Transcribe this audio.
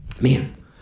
man